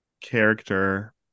character